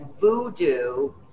voodoo